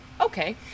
okay